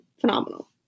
phenomenal